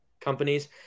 companies